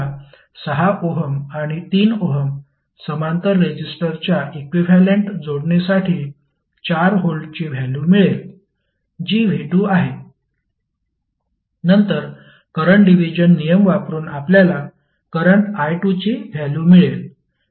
तर आपल्याला 6 ओहम आणि 3 ओहम समांतर रेजिस्टरच्या इक्विव्हॅलेंट जोडणीसाठी 4 व्होल्टची व्हॅल्यु मिळेल जी v2 आहे नंतर करंट डिव्हिजन नियम वापरुन आपल्याला करंट i2 ची व्हॅल्यु मिळेल